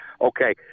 Okay